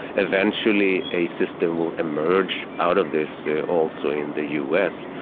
eventually a system will emerge out of this also in the us,